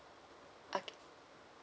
okay